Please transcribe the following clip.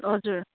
हजुर